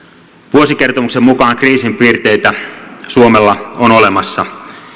vuosikertomuksen mukaan suomella on olemassa